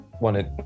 wanted